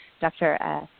Dr